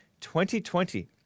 2020